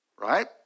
right